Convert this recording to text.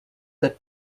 that